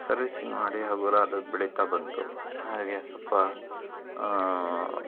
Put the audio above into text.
servicing ಮಾಡಿ ಹಗುರ ಅದು ಬೆಳಿತಾ ಬಂತು ಹಾಗೆ ಸ್ವಲ್ಪ